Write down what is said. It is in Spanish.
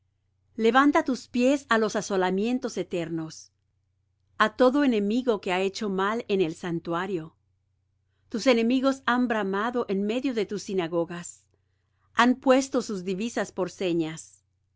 levanta tus pies á los asolamientos eternos a todo enemigo que ha hecho mal en el santuario tus enemigos han bramado en medio de tus sinagogas han puesto sus divisas por señas